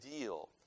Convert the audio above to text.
deal